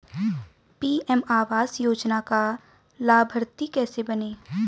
PM आवास योजना का लाभर्ती कैसे बनें?